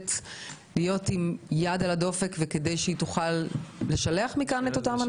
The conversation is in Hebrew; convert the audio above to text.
יכולת להיות עם יד על הדופק וכדי שהיא תוכל לשלח מכאן את אותם אנשים?